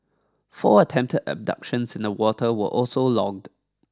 four attempted abductions in the water were also logged